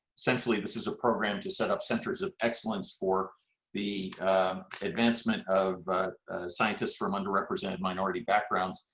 essentially, this is a program to set up centers of excellence for the advancement of scientists from underrepresented minority backgrounds,